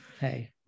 hey